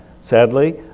sadly